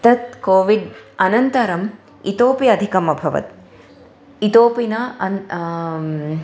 तत् कोविड् अनन्तरम् इतोपि अधिकम् अभवत् इतोपि न अन्यः